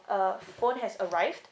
uh phone has arrived